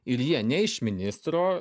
ir jie ne iš ministro